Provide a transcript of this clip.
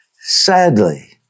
Sadly